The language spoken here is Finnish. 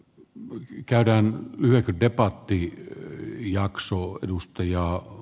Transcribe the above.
voi käydä läpi debatti jakso edustaja